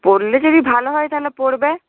পড়লে যদি ভালো হয় তাহলে পড়বে